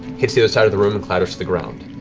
hits the other side of the room, and clatters to the ground.